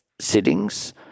sittings